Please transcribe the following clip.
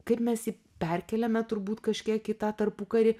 kaip mes jį perkeliame turbūt kažkiek į tą tarpukarį